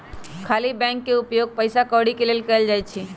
खाली बैंक के उपयोग पइसा कौरि के लेल कएल जाइ छइ